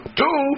two